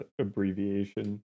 abbreviation